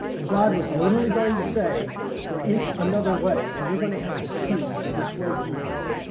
and god was literally going to say there is another way and you are going to have to choose which way you want.